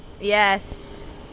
yes